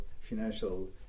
financial